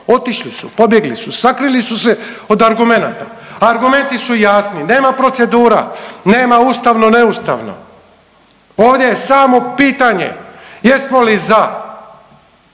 otišli su, pobjegli su, sakrili su se od argumenata. Argumenti su jasni nema procedura, nema ustavno, neustavno. Ovdje je samo pitanje jesmo li za